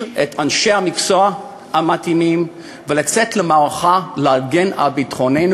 את אנשי המקצוע המתאימים ולצאת למערכה להגן על ביטחוננו